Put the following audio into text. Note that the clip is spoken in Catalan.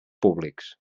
públics